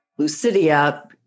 Lucidia